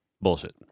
bullshit